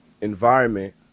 environment